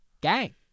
Gang